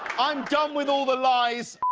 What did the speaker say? i am done with all the lies.